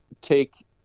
take